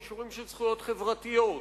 במישורים של זכויות חברתיות